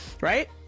right